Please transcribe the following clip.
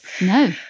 No